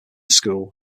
school